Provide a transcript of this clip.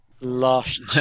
last